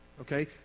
okay